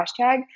hashtag